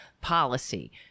policy